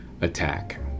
attack